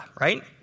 right